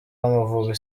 w’amavubi